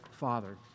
Father